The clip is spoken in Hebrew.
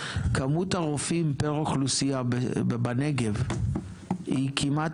כמות הרופאים פר אוכלוסייה בנגב היא כמעט